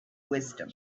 wisdom